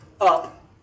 up